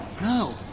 No